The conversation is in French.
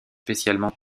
spécialement